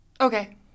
Okay